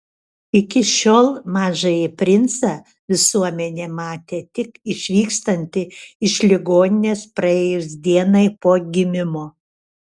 iki šiol mažąjį princą visuomenė matė tik išvykstantį iš ligoninės praėjus dienai po gimimo